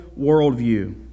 worldview